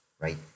right